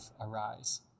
arise